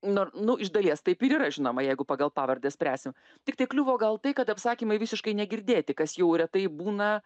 nor nu iš dalies taip ir yra žinoma jeigu pagal pavardę spręsim tik tai kliuvo gal tai kad apsakymai visiškai negirdėti kas jau retai būna